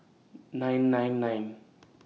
nine nine nine